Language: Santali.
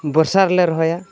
ᱵᱚᱨᱥᱟ ᱨᱮᱞᱮ ᱨᱚᱦᱚᱭᱟ